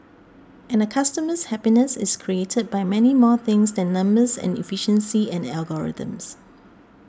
and a customer's happiness is created by many more things than numbers and efficiency and algorithms